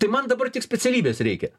tai man dabar tik specialybės reikia